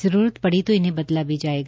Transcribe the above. जरूरतत पड़ी तो इन्हें बदला भी जाएगा